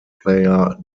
player